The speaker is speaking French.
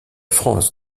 france